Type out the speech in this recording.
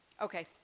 Okay